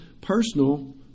personal